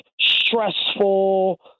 stressful